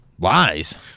Lies